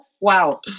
wow